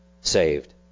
saved